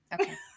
Okay